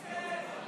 מסכן,